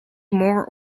more